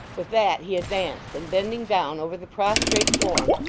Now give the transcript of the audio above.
with that he advanced, and bending down over the prostrate form,